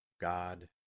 God